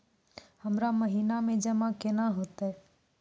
हमरा महिना मे जमा केना हेतै?